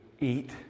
eat